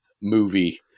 movie